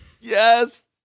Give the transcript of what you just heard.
Yes